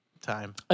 time